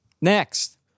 Next